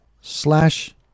slash